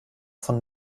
von